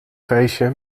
feestje